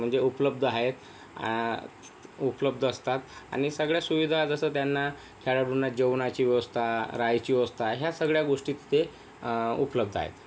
म्हणजे उपलब्ध आहेत उपलब्ध असतात आणि सगळ्या सुविधा जसं त्यांना खेळाडूंना जेवणाची व्यवस्था रहायची व्यवस्था ह्या सगळ्या गोष्टी तिथे उपलब्ध आहेत